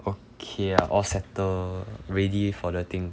okay ah all settle ready for the thing